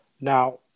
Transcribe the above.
Now